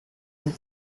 and